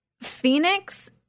Phoenix